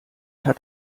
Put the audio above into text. hat